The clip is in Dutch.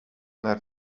naar